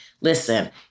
listen